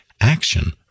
action